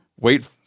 wait